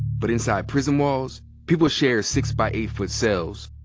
but inside prison walls, people share six by eight foot cells.